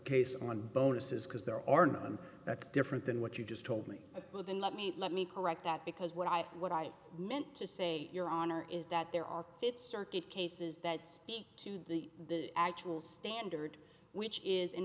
case on bonuses because there are none that's different than what you just told me well then let me let me correct that because what i what i meant to say your honor is that there are it's circuit cases that speak to the actual standard which is in